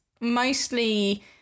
mostly